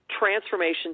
transformation